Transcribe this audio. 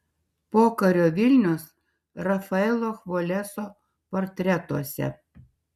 pokario vilnius rafaelio chvoleso portretuose